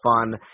fun